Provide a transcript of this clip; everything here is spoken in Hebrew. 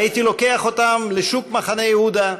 הייתי לוקח אותם לשוק מחנה יהודה,